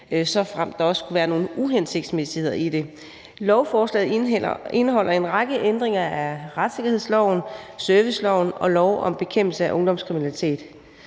til om der skulle være nogle uhensigtsmæssigheder i det. Lovforslaget indeholder en række ændringer af retssikkerhedsloven, serviceloven og lov om bekæmpelse af ungdomskriminalitet.